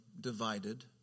divided